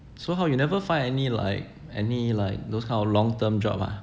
so how you never find any like any like those kind of long term job ah